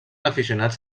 aficionats